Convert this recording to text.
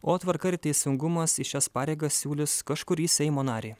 o tvarka ir teisingumas į šias pareigas siūlys kažkurį seimo narį